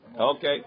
Okay